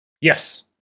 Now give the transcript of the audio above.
Yes